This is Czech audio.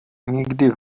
nikdy